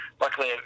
luckily